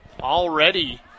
Already